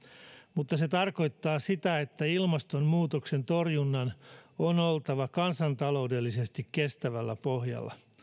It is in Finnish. mutta se tarkoittaa sitä että ilmastonmuutoksen torjunnan on oltava kansantaloudellisesti kestävällä pohjalla